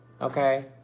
Okay